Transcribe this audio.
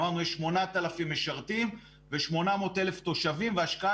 אמרנו שיש 8,000 משרתים ו-800 אלף תושבים והשקעה